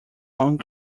long